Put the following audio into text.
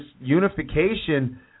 unification